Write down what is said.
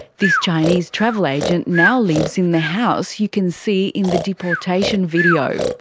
this chinese travel agent now lives in the house you can see in the deportation video.